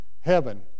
heaven